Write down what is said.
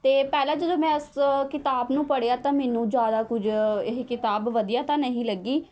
ਅਤੇ ਪਹਿਲਾਂ ਜਦੋਂ ਮੈਂ ਉਸ ਕਿਤਾਬ ਨੂੰ ਪੜ੍ਹਿਆ ਤਾਂ ਮੈਨੂੰ ਜ਼ਿਆਦਾ ਕੁਝ ਇਹ ਕਿਤਾਬ ਵਧੀਆ ਤਾਂ ਨਹੀਂ ਲੱਗੀ